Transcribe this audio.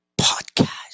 podcast